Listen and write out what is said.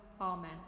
Amen